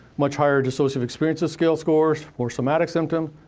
much higher dissociative experiences scale scores, more somatic symptoms,